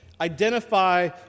identify